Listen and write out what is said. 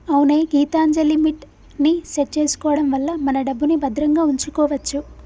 అవునే గీతాంజలిమిట్ ని సెట్ చేసుకోవడం వల్ల మన డబ్బుని భద్రంగా ఉంచుకోవచ్చు